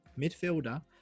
midfielder